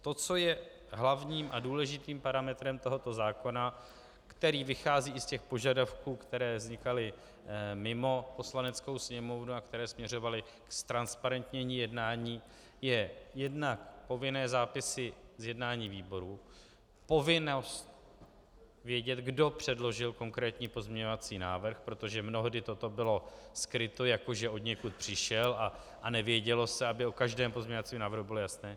To, co je hlavním a důležitým parametrem tohoto zákona, který vychází i z těch požadavků, které vznikaly mimo Poslaneckou sněmovnu a které směřovaly ke ztransparentnění jednání, jsou jednak povinné zápisy z jednání výborů, povinnost vědět, kdo předložil konkrétní pozměňovací návrh, protože mnohdy toto bylo skryto, jako že odněkud přišel a nevědělo se, aby to o každém pozměňovacím návrhu bylo jasné.